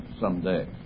someday